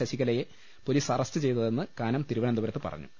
ശശിക ലയെ police arrest ചെയ്തതെന്ന് കാനം തിരുവനന്തപുരത്ത് പറ ഞ്ഞു